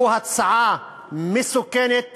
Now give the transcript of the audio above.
זו הצעה מסוכנת